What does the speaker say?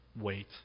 Wait